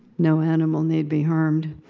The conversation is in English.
no animal need be harmed.